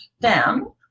down